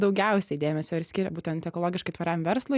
daugiausiai dėmesio ir skiria būtent ekologiškai tvariam verslui